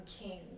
king